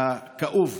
והכאוב.